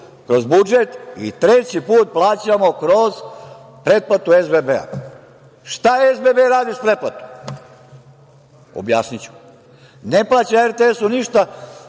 kroz budžet i treći put plaćamo kroz pretplatu SBB-a. Šta SBB radi sa pretplatom? Objasniću. Ne plaća RTS-u ništa,